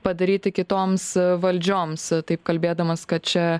padaryti kitoms valdžioms taip kalbėdamas kad čia